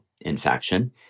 infection